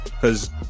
Cause